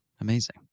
Amazing